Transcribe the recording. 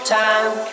time